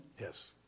Yes